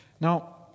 Now